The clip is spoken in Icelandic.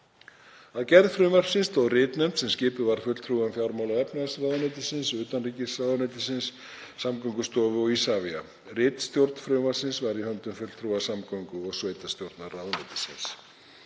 Að gerð frumvarpsins stóð ritnefnd sem skipuð var fulltrúum fjármála- og efnahagsráðuneytisins, utanríkisráðuneytisins, Samgöngustofu og Isavia. Ritstjórn frumvarpsins var í höndum fulltrúa samgöngu- og sveitarstjórnarráðuneytisins.